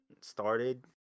started